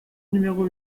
numéro